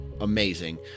amazing